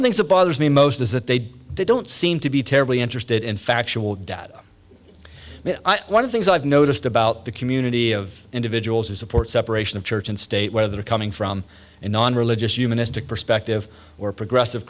of things that bothers me most is that they don't seem to be terribly interested in factual data one of things i've noticed about the community of individuals who support separation of church and state where they're coming from a non religious human istic perspective or progressive